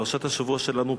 פרשת השבוע שלנו,